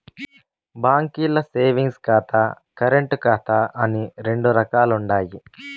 బాంకీల్ల సేవింగ్స్ ఖాతా, కరెంటు ఖాతా అని రెండు రకాలుండాయి